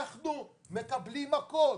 אנחנו מקבלים מכות.